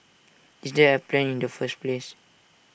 is there A plan in the first place